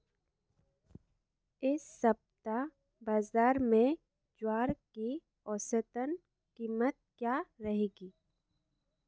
इस सप्ताह बाज़ार में ज्वार की औसतन कीमत क्या रहेगी?